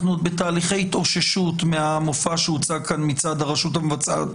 אנחנו עוד בתהליכי התאוששות מהמופע שהוצג כאן מצד הרשות המבצעת.